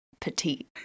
petite